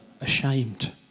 ashamed